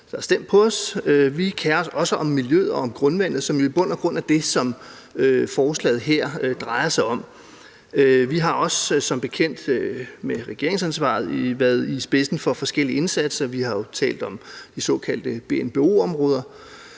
os, kerer os også om miljøet og grundvandet, som jo i bund og grund er det, som forslaget her drejer sig om. Vi er som bekendt også, da vi sad med regeringsansvaret, gået i spidsen for forskellige indsatser. Vi har jo talt om de såkaldte BNBO-områder,